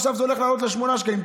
עכשיו זה הולך לעלות ל-8 שקלים.